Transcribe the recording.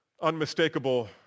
unmistakable